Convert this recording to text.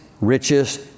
richest